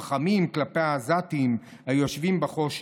רחמים כלפי העזתים היושבים בחושך.